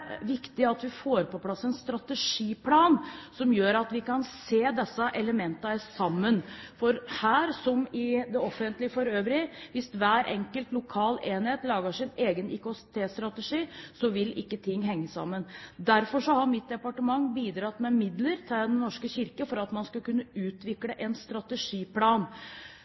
viktig at vi får på plass en strategiplan som gjør at vi kan se disse elementene sammen. For her som i det offentlige for øvrig, hvis hver enkelt lokal enhet lager sin egen IKT-strategi, vil ikke ting henge sammen. Derfor har mitt departement bidratt med midler til Den norske kirke, slik at man skal kunne utvikle en strategiplan.